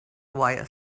while